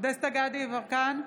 דסטה גדי יברקן,